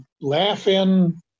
Laughing